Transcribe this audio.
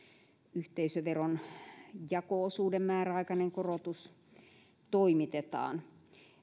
yhteisöveron jako osuuden määräaikainen korotus toimitetaan